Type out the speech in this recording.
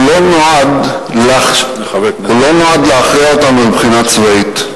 הוא לא נועד להכריע אותנו מבחינה צבאית,